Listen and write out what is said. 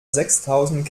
sechstausend